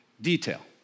detail